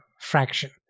fraction